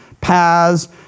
paths